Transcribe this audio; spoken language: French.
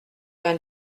vingt